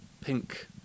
pink